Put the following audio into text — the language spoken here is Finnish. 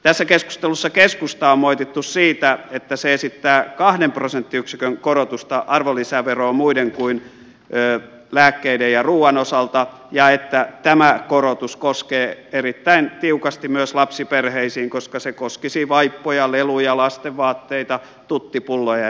tässä keskustelussa keskustaa on moitittu siitä että se esittää kahden prosenttiyksikön korotusta arvonlisäveroon muiden kuin lääkkeiden ja ruoan osalta ja että tämä korotus koskee erittäin tiukasti myös lapsiperheisiin koska se koskisi vaippoja leluja lastenvaatteita tuttipulloja ja niin edelleen